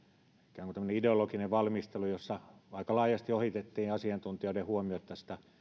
ikään kuin tämmöinen ideologinen valmistelu jossa aika laajasti ohitettiin asiantuntijoiden huomiot tästä